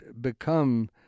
become